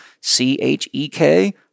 C-H-E-K